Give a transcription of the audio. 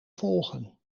volgen